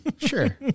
Sure